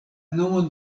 nomo